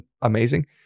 amazing